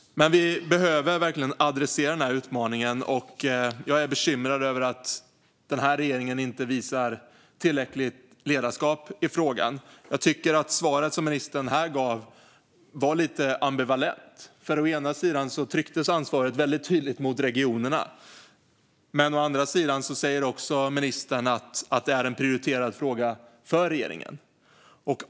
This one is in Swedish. Vi behöver dock ta oss an den här utmaningen. Jag är bekymrad över att regeringen inte visar tillräckligt ledarskap i frågan. Jag tycker att svaret ministern gav här var lite ambivalent. Å ena sidan lades ansvaret tydligt på regionerna. Men å andra sidan säger ministern också att det är en prioriterad fråga för regeringen.